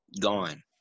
gone